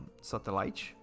Satellite